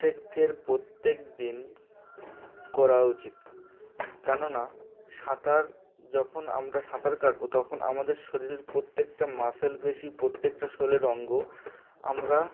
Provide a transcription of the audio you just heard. প্রত্যেকের প্রত্যেক দিন করা উচিত কেননা সাঁতার যখন আমরা সাঁতার কাটবো তখন আমাদের শরীরের প্রত্যেকটা মাসেল বেশি প্রত্যেকটা শরীরের অঙ্গ আমরা